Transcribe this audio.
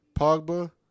Pogba